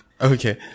Okay